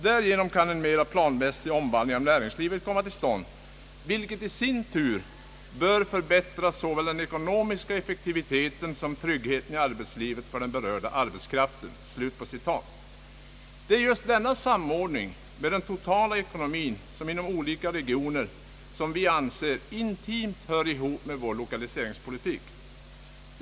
Därigenom kan en mera planmässig omvandling av näringslivet komma till stånd, vilket i sin tur bör förbättra såväl den ekonomiska effektiviteten som tryggheten i arbetslivet för den berörda arbetskraften.» Det är just denna samordning med den totala ekonomin inom olika regioner som vi anser intimt hör ihop med vår lokaliseringspolitik.